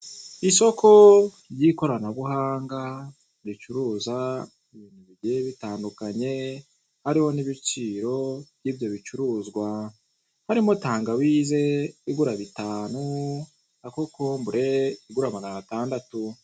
Isoko ry'ikoranabuhanga ricuruza ibintu bigiye bitandukanye hariho n'ibiciro by'ibyo bicuruzwa, harimo tangawizi igura bitanu na kokombure igura magana atandatu.